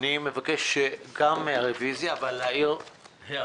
אני מבקש גם רוויזיה וגם הערה.